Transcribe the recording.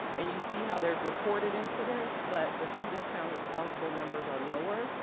and you see how there's reported incidents, but the students found responsible numbers are lower.